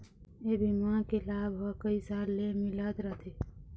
ए बीमा के लाभ ह कइ साल ले मिलत रथे